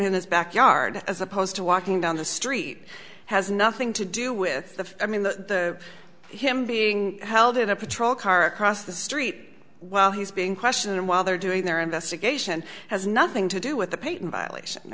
in his backyard as opposed to walking down the street has nothing to do with the i mean the him being held in a patrol car across the street while he's being questioned while they're doing their investigation has nothing to do with the peyton violation i